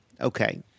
Okay